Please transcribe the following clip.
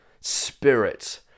Spirit